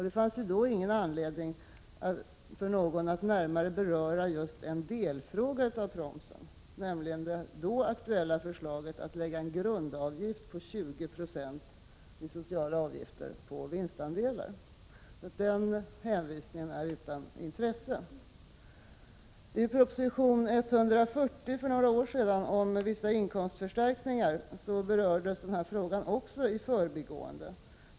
Det fanns då inte anledning för någon att närmare beröra just en delfråga när det gäller promsen, nämligen det då aktuella förslaget att lägga en grundavgift på 20 90 i sociala avgifter på vinstandelar.. Den hänvisningen är utan intresse. I proposition 140 för några år sedan om vissa inkomstförstärkningar berördes denna fråga också i förbigående.